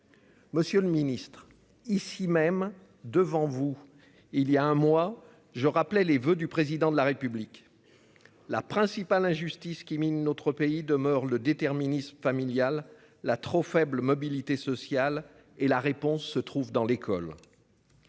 Monsieur le Ministre ici même devant vous il y a un mois je rappelais les voeux du président de la République. La principale injustice qui mine notre pays demeure le déterminisme familial, la trop faible mobilité sociale et la réponse se trouve dans l'école.